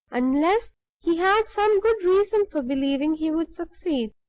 unless he had some good reason for believing he would succeed.